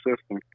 system